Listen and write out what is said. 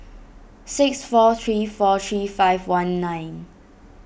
six four three four three five one nine